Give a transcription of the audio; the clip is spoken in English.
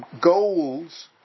goals